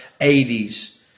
80s